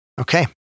Okay